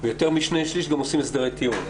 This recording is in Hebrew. ויותר מ-2/3 גם עושים הסדרי טיעון.